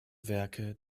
werke